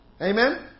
Amen